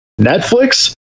Netflix